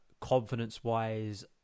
confidence-wise